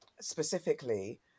specifically